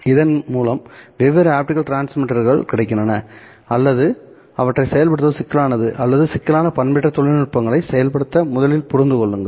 இதன் மூலம் வெவ்வேறு ஆப்டிகல் டிரான்ஸ்மிட்டர்கள் கிடைக்கின்றன அல்லது அவற்றை செயல்படுத்துவது சிக்கலானது அல்லது சிக்கலான பண்பேற்ற தொழில்நுட்பங்களை செயல்படுத்த முதலில் புரிந்து கொள்ளுங்கள்